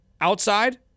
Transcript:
Outside